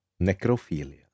Necrophilia